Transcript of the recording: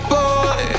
boy